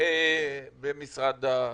במשרד האוצר.